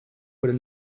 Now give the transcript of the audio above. with